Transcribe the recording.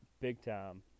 big-time